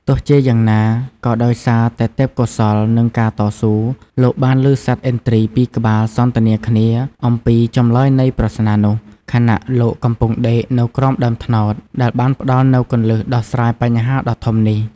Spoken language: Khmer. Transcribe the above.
ទោះជាយ៉ាងណាក៏ដោយសារតែទេពកោសល្យ និងការតស៊ូ លោកបានលឺសត្វឥន្ទ្រីពីរក្បាលសន្ទនាគ្នាអំពីចម្លើយនៃប្រស្នានោះ ខណៈលោកកំពុងដេកនៅក្រោមដើមត្នោត ដែលបានផ្តល់នូវគន្លឹះដោះស្រាយបញ្ហាដ៏ធំនេះ។